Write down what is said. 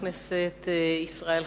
שאילתא מס' 172, של חבר הכנסת ישראל חסון,